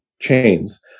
chains